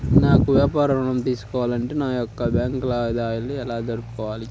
నాకు వ్యాపారం ఋణం తీసుకోవాలి అంటే నా యొక్క బ్యాంకు లావాదేవీలు ఎలా జరుపుకోవాలి?